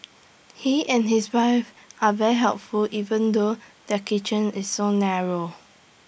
he and his wife are very helpful even though their kitchen is so narrow